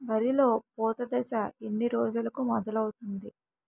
వరిలో పూత దశ ఎన్ని రోజులకు మొదలవుతుంది?